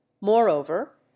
moreover